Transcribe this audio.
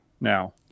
now